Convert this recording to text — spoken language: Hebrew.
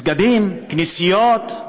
מסגדים, כנסיות,